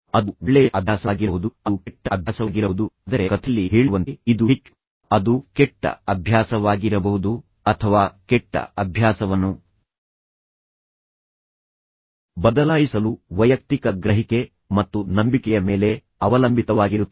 ಅದು ಒಳ್ಳೆಯ ಅಭ್ಯಾಸವಾಗಿರಬಹುದು ಅದು ಕೆಟ್ಟ ಅಭ್ಯಾಸವಾಗಿರಬಹುದು ಆದರೆ ಕಥೆಯಲ್ಲಿ ಹೇಳಿರುವಂತೆ ಇದು ಹೆಚ್ಚು ಒಳ್ಳೆಯ ಅಭ್ಯಾಸವನ್ನು ಉಳಿಸಿಕೊಳ್ಳಲು ಅಥವಾ ಕೆಟ್ಟ ಅಭ್ಯಾಸವನ್ನು ಬದಲಾಯಿಸಲು ವೈಯಕ್ತಿಕ ಗ್ರಹಿಕೆ ಮತ್ತು ನಂಬಿಕೆಯ ಮೇಲೆ ಅವಲಂಬಿತವಾಗಿರುತ್ತದೆ